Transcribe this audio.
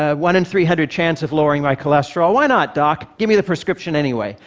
ah one in three hundred chance of lowering my cholesterol. why not, doc? give me the prescription anyway.